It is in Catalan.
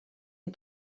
han